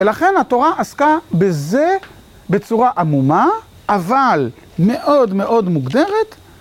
ולכן התורה עסקה בזה בצורה עמומה, אבל מאוד מאוד מוגדרת.